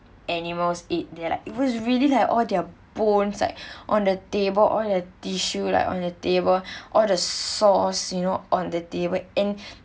animals ate there like was really like all their bones right on the table all their tissue like on the table all the sauce you know on the table and